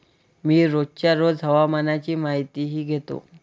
मी रोजच्या रोज हवामानाची माहितीही घेतो